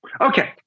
Okay